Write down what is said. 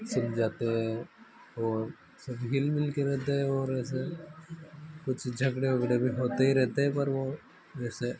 सुलझाते है और सब हिल मिल कर रहते हैं और ऐसे कुछ झगड़े ओगड़े भी होते ई रहते है पर वो जैसे